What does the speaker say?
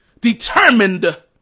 determined